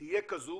תהיה כזו